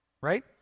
Right